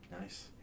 nice